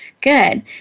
Good